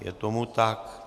Je tomu tak.